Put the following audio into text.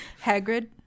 Hagrid